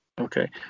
Okay